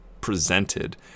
presented